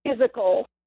physical